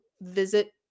visit